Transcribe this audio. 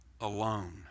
alone